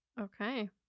okay